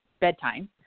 bedtime